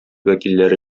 вәкилләре